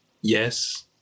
yes